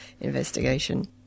investigation